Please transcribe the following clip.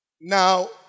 Now